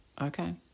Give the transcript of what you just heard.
Okay